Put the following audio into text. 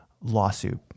lawsuit